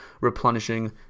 replenishing